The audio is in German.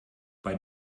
bei